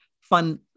fun